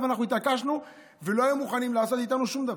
אנחנו התעקשנו ולא היו מוכנים לעשות איתנו שום דבר.